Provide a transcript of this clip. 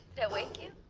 wake you?